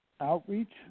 outreach